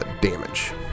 damage